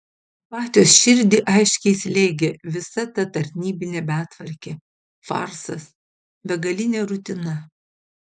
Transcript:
batios širdį aiškiai slėgė visa ta tarnybinė betvarkė farsas begalinė rutina